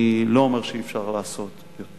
אני לא אומר שאי-אפשר לעשות יותר.